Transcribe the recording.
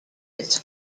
its